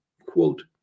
quote